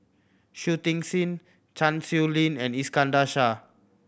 Shui Tit Sing Chan Sow Lin and Iskandar Shah